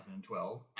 2012